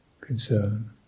Concern